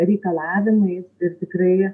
reikalavimais ir tikrai